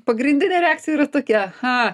pagrindinė reakcija yra tokia ha